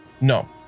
No